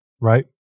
right